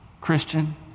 Christian